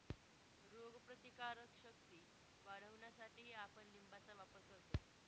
रोगप्रतिकारक शक्ती वाढवण्यासाठीही आपण लिंबाचा वापर करतो